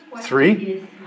Three